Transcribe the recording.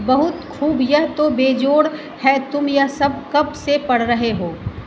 बहुत खूब यह तो बेजोड़ है तुम यह सब कब से पढ़ रहे हो